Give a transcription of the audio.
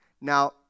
Now